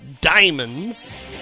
diamonds